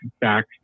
back